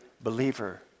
believer